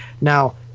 now